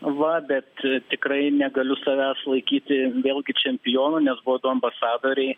va bet tikrai negaliu savęs laikyti vėlgi čempionu nes buvo du ambasadoriai